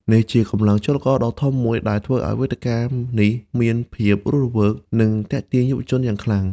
នេះជាកម្លាំងចលករដ៏ធំមួយដែលធ្វើឱ្យវេទិកានេះមានភាពរស់រវើក និងទាក់ទាញយុវជនយ៉ាងខ្លាំង។